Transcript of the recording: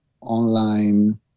online